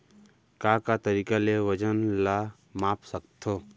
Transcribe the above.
का का तरीक़ा ले वजन ला माप सकथो?